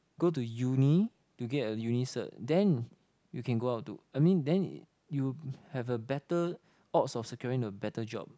go to uni to get a uni cert then you can go out to I mean then you have a better odds of securing a better job